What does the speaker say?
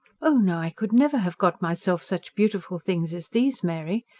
oh, no, i could never have got myself such beautiful things as these, mary,